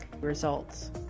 results